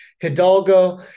Hidalgo